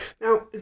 Now